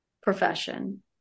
profession